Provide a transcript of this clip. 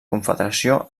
confederació